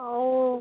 ଆଉ